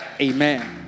Amen